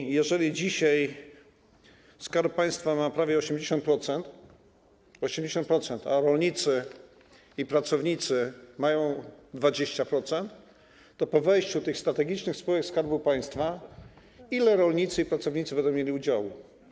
I jeżeli dzisiaj Skarb Państwa ma prawie 80%, a rolnicy i pracownicy mają 20%, to po wejściu tych strategicznych spółek Skarbu Państwa ile rolnicy i pracownicy będą mieli udziałów?